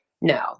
no